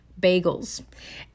bagels